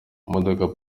imodoka